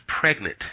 pregnant